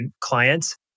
clients